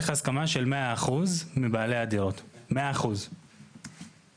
איך פועלים לגבי בעלי הדירות שלא הסכימו לפינוי ובינוי?